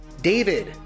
David